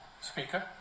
speaker